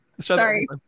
Sorry